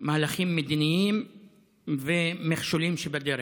מהלכים מדיניים ומכשולים בדרך.